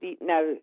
Now